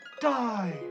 Die